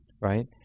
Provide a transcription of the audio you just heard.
Right